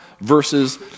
verses